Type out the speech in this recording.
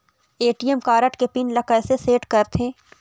ATM card के PIN ला कैसे सेट करथे?